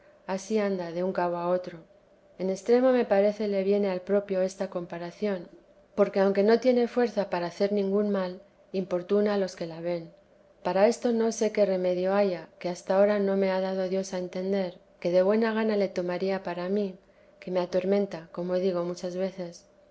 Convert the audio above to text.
ansí anda de un cabo a otro en extremo me parece le viene al propio esta comparación porque aun vida de la santa madre que no tiene fuerza para hacer ningún mal importuna a los que la ven para esto no sé qué remedio haya que hasta ahora no me ha dado dios a entender que de buena gana le tomaría para mí que me atormenta como digo muchas veces